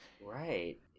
Right